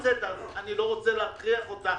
אני לא רוצה להכריח אותה